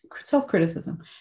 self-criticism